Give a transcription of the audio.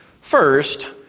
First